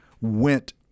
went